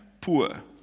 poor